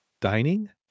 dining